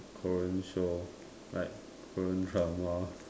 Korean shows like Korean Dramas